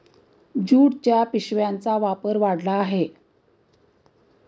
ज्यूटच्या पिशव्यांचा वापर वाढला आहे